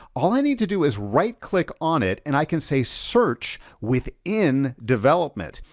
all i need to do is right click on it and i can say search within development.